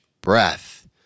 breath